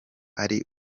ari